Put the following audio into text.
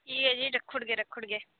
ठीक है फ्ही रक्खी औड़गे रक्खी औड़गे